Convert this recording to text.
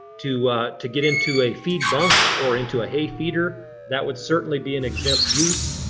to to get into a feed bunk or into a hay feeder, that would certainly be an exempt use.